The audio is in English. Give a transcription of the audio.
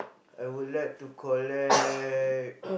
I would like to collect